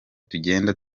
tugenda